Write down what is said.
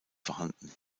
vorhanden